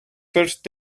first